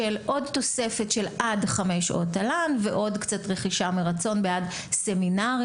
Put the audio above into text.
של עוד תוספת של עד חמש שעות תל"ן ועוד קצת רכישה מרצון בעד סמינרים.